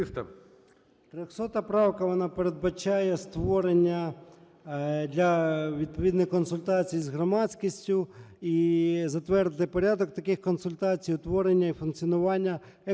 300 правка, вона передбачає створення для відповідних консультацій з громадськістю і затвердити порядок таких консультацій, утворення і функціонування експертної